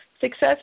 Success